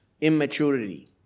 immaturity